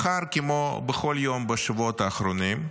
מחר, כמו בכל יום בשבועות האחרונים,